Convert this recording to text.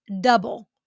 double